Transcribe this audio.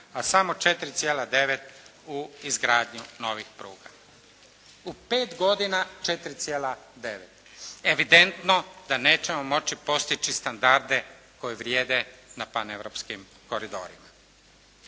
a samo 4,9 u izgradnju novih pruga. U pet godina 4,9 evidentno da nećemo moći postići standarde koji vrijede na pan europskim koridorima.